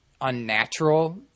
unnatural